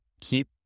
keep